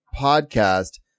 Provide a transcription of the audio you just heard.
podcast